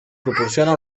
proporciona